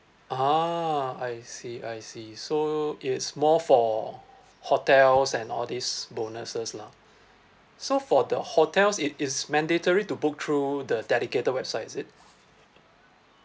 ah I see I see so it's more for hotels and all these bonuses lah so for the hotels it is mandatory to book through the dedicated website is it